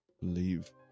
believe